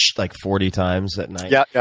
like forty times at night. yeah,